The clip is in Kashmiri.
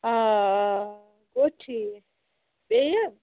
آ آ آ گوٚو ٹھیٖک بیٚیہِ